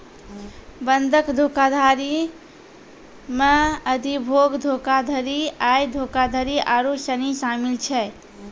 बंधक धोखाधड़ी मे अधिभोग धोखाधड़ी, आय धोखाधड़ी आरु सनी शामिल छै